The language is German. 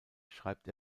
schreibt